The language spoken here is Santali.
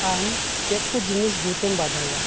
ᱟᱢ ᱪᱮᱫ ᱠᱚ ᱡᱤᱱᱤᱥ ᱡᱩᱛᱮᱢ ᱵᱟᱰᱟᱭᱟ